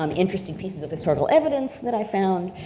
um interesting pieces of historical evidence that i found,